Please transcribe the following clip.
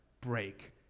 break